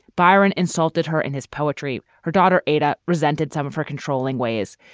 byron insulted her in his poetry. her daughter, ada, resented some of her controlling ways,